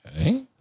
Okay